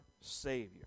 Savior